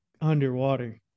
underwater